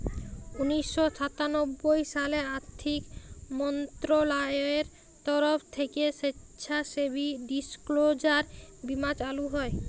উনিশ শ সাতানব্বই সালে আথ্থিক মলত্রলালয়ের তরফ থ্যাইকে স্বেচ্ছাসেবী ডিসক্লোজার বীমা চালু হয়